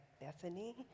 Bethany